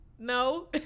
no